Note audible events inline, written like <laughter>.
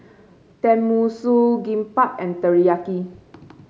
Tenmusu Kimbap and Teriyaki <noise>